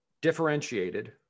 differentiated